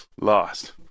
Lost